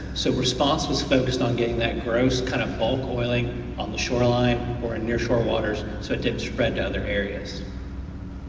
so response was focused on getting that gross kind of bulk oiling on the shoreline or in near shore waters so it didn't spread to other areas.